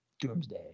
Doomsday